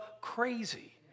crazy